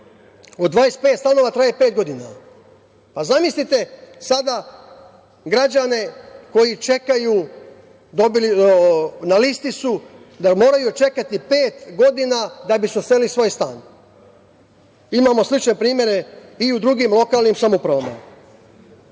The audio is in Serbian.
od 25 stanova traje pet godina. Pa, zamislite sada građane koji čekaju, na listi su da moraju čekati pet godina da bi se uselili u svoj stan. Imamo slične primere i u drugim lokalnim samoupravama. Takođe,